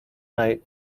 night